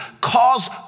cause